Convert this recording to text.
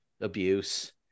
abuse